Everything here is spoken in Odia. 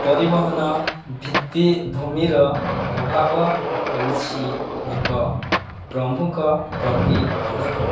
ପରିବହନ ଭିତ୍ତିଭୂମିର ଅଭାବ ହେଉଛି ଏକ ପ୍ରମୁଖ ପ୍ରତିବନ୍ଧକ